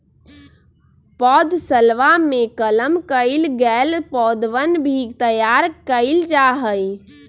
पौधशलवा में कलम कइल गैल पौधवन भी तैयार कइल जाहई